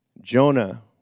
Jonah